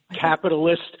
capitalist